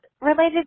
related